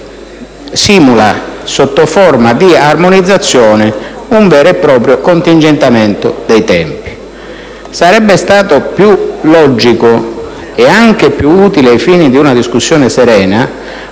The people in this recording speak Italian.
simuli, sotto forma di armonizzazione, un vero e proprio contingentamento dei tempi. Sarebbe stato più logico, nonché più utile ai fini di una discussione serena,